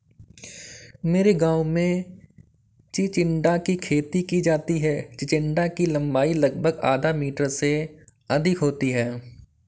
मेरे गांव में चिचिण्डा की खेती की जाती है चिचिण्डा की लंबाई लगभग आधा मीटर से अधिक होती है